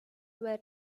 were